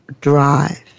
drive